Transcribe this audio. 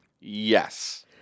Yes